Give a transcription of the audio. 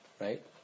Right